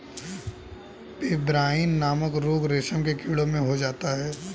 pebrine नामक रोग रेशम के कीड़ों में हो जाता है